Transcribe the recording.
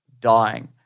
dying